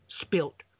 spilt